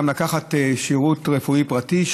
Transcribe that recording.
גם לקחת שירות רפואי פרטי,